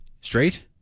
straight